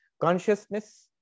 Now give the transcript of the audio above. Consciousness